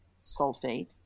sulfate